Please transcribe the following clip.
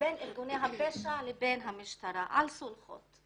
בין ארגוני הפשע לבין המשטרה לגבי סולחות,